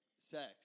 sex